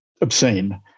obscene